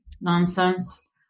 nonsense